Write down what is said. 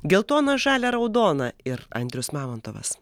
geltona žalia raudona ir andrius mamontovas